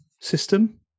system